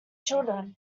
children